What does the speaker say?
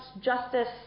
justice